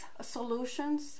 solutions